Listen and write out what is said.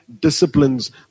disciplines